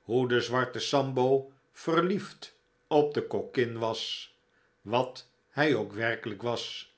hoe de zwarte sambo verliefd op de kokkin was wat hij ook werkelijk was